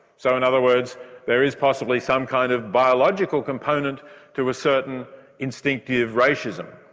so in other words there is possibly some kind of biological component to a certain instinctive racism,